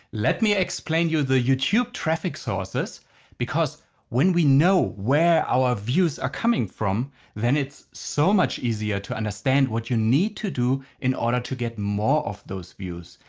let me explain you the youtube traffic sources because when we know where our views are coming from then it's so much easier to understand what you need to do in order to get more of those views.